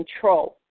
control